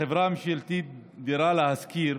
החברה הממשלתית דירה להשכיר